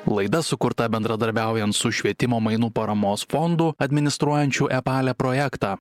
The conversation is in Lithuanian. laida sukurta bendradarbiaujant su švietimo mainų paramos fondu administruojančiu epale projektą